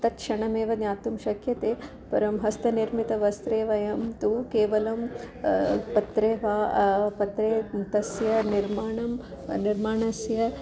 तत्क्षणमेव ज्ञातुं शक्यते परं हस्तनिर्मितवस्त्रे वयं तु केवलं पत्रे वा पत्रे तस्य निर्माणं निर्माणस्य